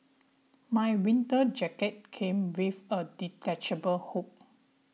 my winter jacket came with a detachable hood